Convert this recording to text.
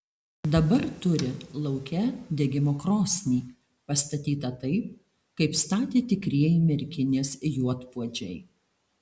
dabar turi lauke degimo krosnį pastatytą taip kaip statė tikrieji merkinės juodpuodžiai